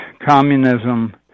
communism